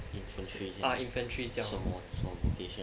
infantry 这样什么什么 vocation